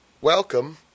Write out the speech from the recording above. Welcome